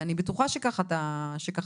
ואני בטוחה שכך אתה פועל.